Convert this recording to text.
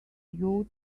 you